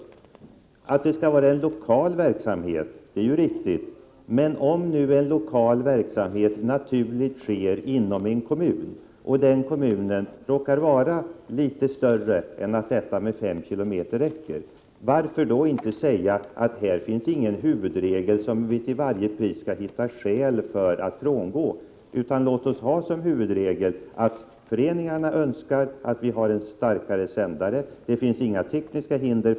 Det är också riktigt att det skall vara en lokal verksamhet. En lokal verksamhet sker naturligen inom en kommun. Om den kommunen råkar vara litet större, så att 5 km inte räcker, varför då ha en huvudregel, som det erfordras särskilda skäl för att frångå? Låt oss ha såsom huvudregel att föreningarnas önskemål skall tillgodoses, om de vill ha en starkare sändare och det inte finns några tekniska hinder.